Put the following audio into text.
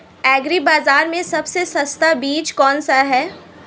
Agree बाज़ार में सबसे सस्ता बीज कौनसा है?